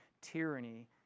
tyranny